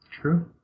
True